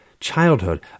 Childhood